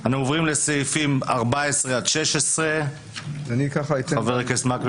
אנו עוברים לסעיפים 16-14. חבר הכנסת מקלב,